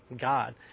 God